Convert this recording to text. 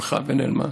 הלכה ונעלמה,